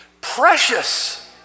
precious